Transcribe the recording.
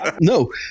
no